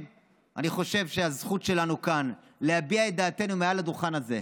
אני חושב שזו הזכות שלנו כאן להביע את דעתנו מעל הדוכן הזה,